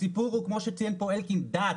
הסיפור הוא, כפי שציין פה השר אלקין, דת.